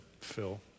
phil